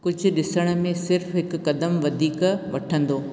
कुझु डि॒सण में सिर्फ़ु हिकु क़दम वधीक वठंदो